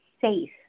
safe